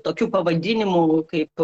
tokių pavadinimų kaip